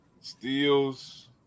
steals